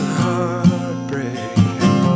heartbreak